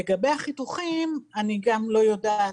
לגבי החיתוכים אני גם לא יודעת.